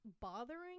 bothering